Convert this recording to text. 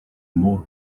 more